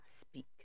speak